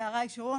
ויחד עם